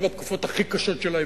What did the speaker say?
ובתקופות הכי קשות שלה,